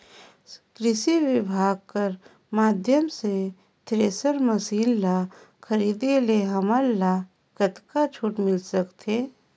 कृषि विभाग कर माध्यम से थरेसर मशीन ला खरीदे से हमन ला कतका छूट मिल सकत हे?